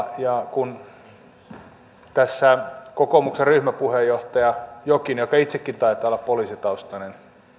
kun tässä kokoomuksen ryhmäpuheenjohtaja on jokinen joka itsekin taitaa olla poliisitaustainen